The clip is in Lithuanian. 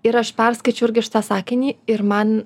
ir aš perskaičiau irgi šitą sakinį ir man